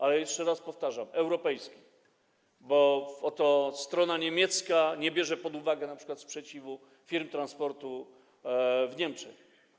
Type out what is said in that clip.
Ale jeszcze raz powtarzam: chodzi o europejskie, bo oto strona niemiecka nie bierze pod uwagę np. sprzeciwu firm transportowych w Niemczech.